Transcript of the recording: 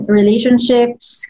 relationships